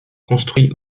construit